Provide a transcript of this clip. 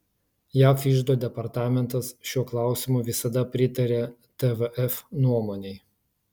jav iždo departamentas šiuo klausimu visada pritarė tvf nuomonei